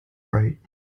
right